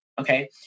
Okay